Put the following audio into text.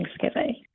Thanksgiving